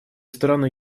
страны